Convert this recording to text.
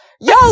yo